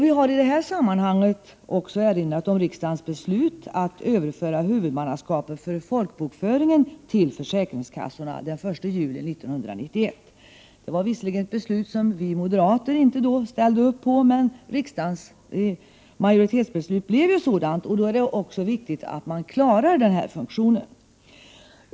Vi har i detta sammanhang också erinrat om riksdagens beslut att överföra huvudmannaskapet för folkbokföringen till försäkringskassorna den 1 juli 1991. Det var visserligen ett beslut som vi moderater inte ställde upp på, men riksdagens majoritetsbeslut blev ju sådant, och då är det också viktigt att kassorna klarar den funktionen.